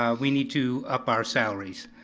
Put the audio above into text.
um we need to up our salaries.